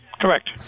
Correct